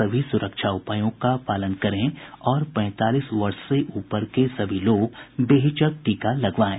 सभी सुरक्षा उपायों का पालन करें और पैंतालीस वर्ष से ऊपर के सभी लोग बेहिचक टीका लगवाएं